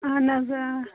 اہن حظ آ